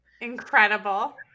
incredible